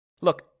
Look